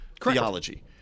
theology